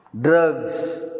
drugs